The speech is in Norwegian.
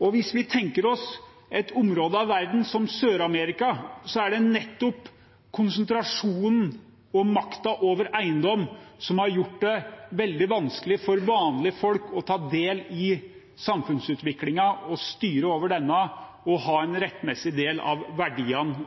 Og hvis vi tenker oss et område av verden som Sør-Amerika, er det nettopp konsentrasjonen av makten over eiendom som har gjort det veldig vanskelig for vanlige folk å ta del i samfunnsutviklingen, styre over denne og ha en rettmessig del av verdiene